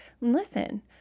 listen